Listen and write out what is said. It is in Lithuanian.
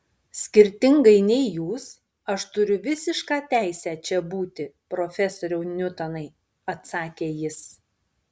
skirtingai nei jūs aš turiu visišką teisę čia būti profesoriau niutonai atsakė jis